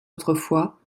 autrefois